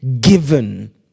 given